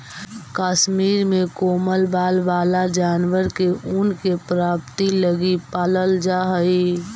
कश्मीर में कोमल बाल वाला जानवर के ऊन के प्राप्ति लगी पालल जा हइ